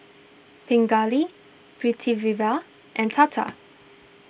Pingali Pritiviraj and Tata